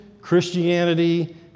Christianity